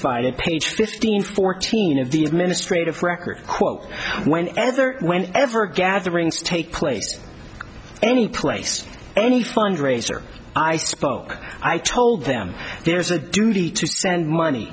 at page fifteen fourteen of the administrators record quote when ever when ever gatherings take place any place any fundraiser i spoke i told them there's a duty to send money